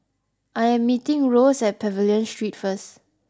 I am meeting Rose at Pavilion Street first